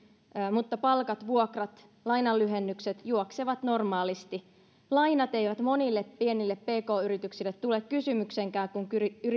mutta palkat vuokrat ja lainanlyhennykset juoksevat normaalisti lainat eivät monille pienille pk yrityksille tule kysymykseenkään kun